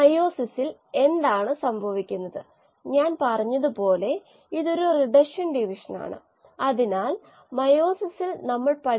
ഒരു വശത്ത് കോശങ്ങൽ വർദ്ധികുനറ്റിന്റെ നിരക്കും ഉൽപ്പന്ന രൂപീകരണ നിരക്കും നമുക്ക് പ്രധാന നിരക്കുകളാണ് ശരിയാണ് കോശങ്ങളുടെ വർദ്ധനവ് എങ്ങനെയാണ്